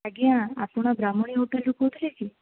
ଆଜ୍ଞା ଆପଣ ବ୍ରାହ୍ମଣୀ ହୋଟେଲରୁ କହୁଥିଲେ କି